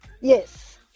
Yes